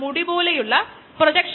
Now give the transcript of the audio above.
ഇതാണ് നമ്മുടെ c